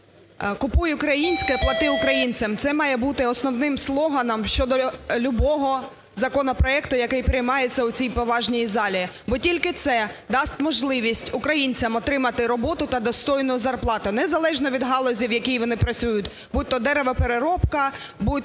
купуй українське, плати українцям – це має бути основним слоганом щодо любого законопроекту, який приймається у поважній залі. Бо тільки це дасть можливість українцям отримати роботу та достойну зарплату, не залежно від галузі, в якій вони працюють, будь-то деревопереробка, будь-то